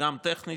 פגם טכני,